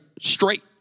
straight